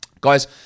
Guys